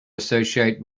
associate